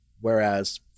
whereas